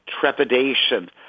trepidation